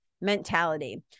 mentality